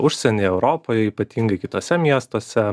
užsienyje europoje ypatingai kituose miestuose